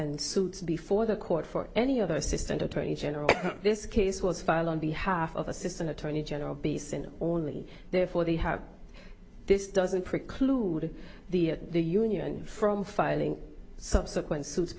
and suit before the court for any other assistant attorney general this case was filed on behalf of assistant attorney general be sent only therefore they have this doesn't preclude the the union from filing subsequent suits